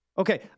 Okay